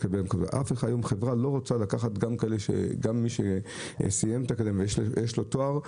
אף חברה לא רוצה לקחת גם מי שסיים את האקדמיה ויש לו תואר.